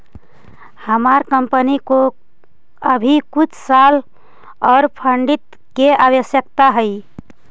हमार कंपनी को अभी कुछ साल ओर फंडिंग की आवश्यकता हई